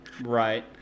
Right